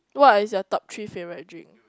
what is your top three favourite drink